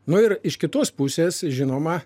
nu ir iš kitos pusės žinoma